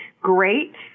great